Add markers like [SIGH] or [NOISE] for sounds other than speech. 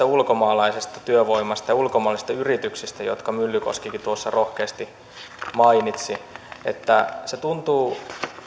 [UNINTELLIGIBLE] ulkomaalaisesta työvoimasta ja ulkomaalaisista yrityksistä jotka myllykoski tuossa rohkeasti mainitsi se tuntuu